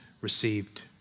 received